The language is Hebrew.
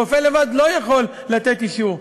רופא לבד לא יכול לתת אישור.